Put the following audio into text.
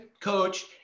coach